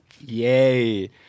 Yay